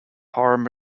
harm